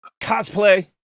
Cosplay